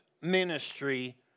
ministry